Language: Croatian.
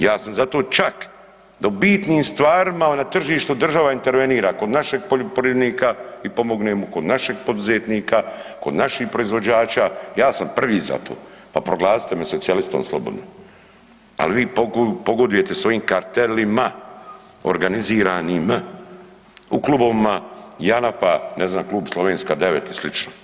Ja sam zato čak da u bitnim stvarima na tržištu država intervenira, kod našeg poljoprivrednika i pomogne mu, kod našeg poduzetnika, kod naših proizvođača, ja sam prvi za to pa proglasite me socijalistom slobodno, ali vi pogodujete svojim kartelima organiziranim u klubovima JANAF-a, ne znam klub Slovenska 9 i slično.